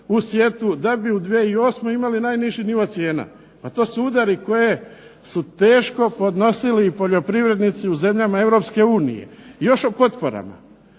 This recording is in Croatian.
u sjetvu, da bi u 2008. imali najniži nivo cijena. To su udari koje su teško podnosili poljoprivrednici u zemljama Europske unije. Još o potporama,